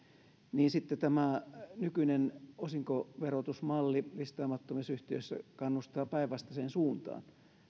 niin sitten tämä nykyinen osinkoverotusmalli listaamattomissa yhtiöissä kannustaa päinvastaiseen suuntaan